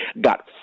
got